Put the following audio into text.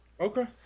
Okay